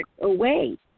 away